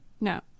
No